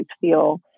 feel